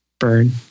burn